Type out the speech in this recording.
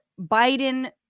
Biden